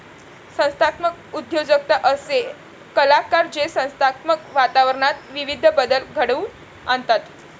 संस्थात्मक उद्योजकता असे कलाकार जे संस्थात्मक वातावरणात विविध बदल घडवून आणतात